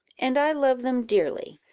and i love them dearly.